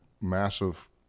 massive